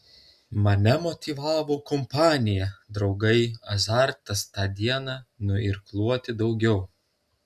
mane motyvavo kompanija draugai azartas tą dieną nuirkluoti daugiau